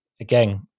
again